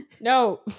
no